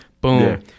boom